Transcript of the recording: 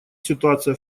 ситуация